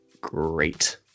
great